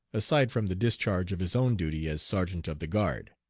aside from the discharge of his own duty as sergeant of the guard.